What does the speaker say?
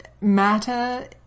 matter